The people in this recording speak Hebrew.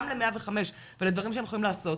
גם ל-105 ולדברים שהם יכולים לעשות,